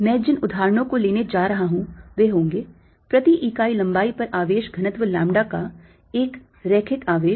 मैं जिन उदाहरणों को लेने जा रहा हूं वे होंगे प्रति इकाई लंबाई पर आवेश घनत्व लैम्ब्डा का 1 रैखिक आवेश